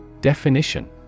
Definition